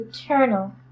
eternal